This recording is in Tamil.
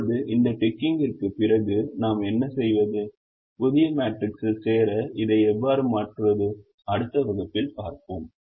இப்போது இந்த டிக்கிங்கிற்குப் பிறகு நாம் என்ன செய்வது புதிய மேட்ரிக்ஸில் சேர இதை எவ்வாறு மாற்றுவது அடுத்த வகுப்பில் பார்ப்போம்